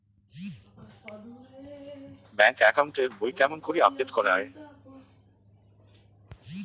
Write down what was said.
Bank account এর বই কেমন করি আপডেট করা য়ায়?